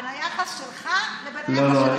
בין היחס שלך לבין היחס של השר שלך.